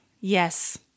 Yes